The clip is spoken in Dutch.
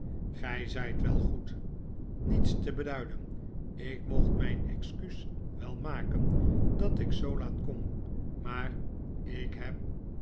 gy zyt wel goed niets te beduiden ik mocht mijn excuus wel maken dat ik zoo laat kom maar ik heb